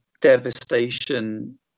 devastation